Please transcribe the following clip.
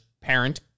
parent